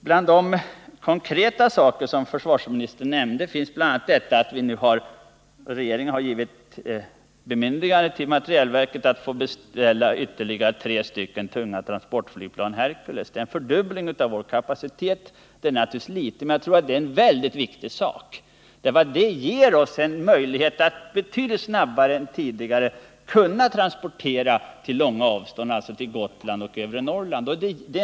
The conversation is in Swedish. Bland de konkreta saker som försvarsministern nämnde finns bl.a. att regeringen nu har givit bemyndigande till materielverket att få beställa ytterligare tre tunga transportflygplan av typen Hercules. Det är en fördubbling av vår kapacitet. Det är fortfarande för litet, men jag tror att det är en viktig sak, därför att det ger oss en möjlighet att betydligt snabbare än tidigare transportera på långa avstånd, alltså till Gotland och övre Norrland.